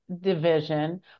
division